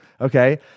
okay